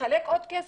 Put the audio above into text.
לחלק עוד כסף?